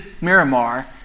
Miramar